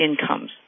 incomes